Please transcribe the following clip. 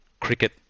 cricket